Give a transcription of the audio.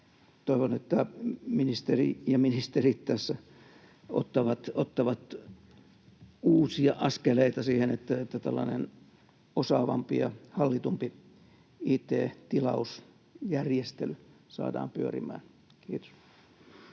Toivon, että ministeri ja ministerit tässä ottavat uusia askeleita siihen, että tällainen osaavampi ja hallitumpi it-tilausjärjestely saadaan pyörimään. — Kiitos.